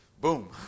boom